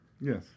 Yes